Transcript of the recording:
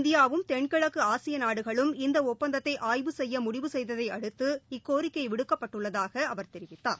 இந்தியாவும் தென்கிழக்கு ஆசிய நாடுகளும் இந்த ஒப்பந்தத்தை ஆய்வு செய்ய முடிவு செய்ததைபடுத்து இக்கோரிக்கை விடுக்கப்பட்டுள்ளதாக தெரிவித்தார்